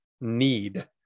need